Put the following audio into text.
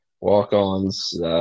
Walk-ons